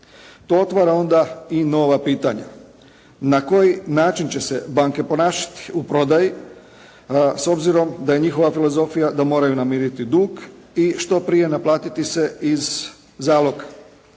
To otvara onda i nova pitanja, na koji način će se banke ponašati u prodaji, s obzirom da je njihova filozofija da moraju namiriti dug i što prije naplatiti se iz zaloga.